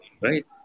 right